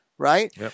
Right